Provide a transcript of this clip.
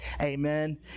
amen